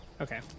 Okay